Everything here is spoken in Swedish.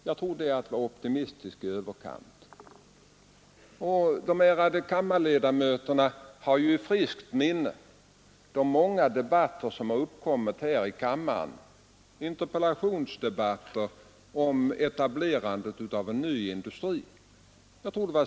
Men jag tror att det är att vara optimistisk i överkant. De ärade kammarledamöterna har ju i friskt minne de många interpellationsdebatter som har uppkommit här i kammaren vid etablerandet av nya industrier.